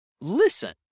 listen